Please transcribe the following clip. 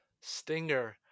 Stinger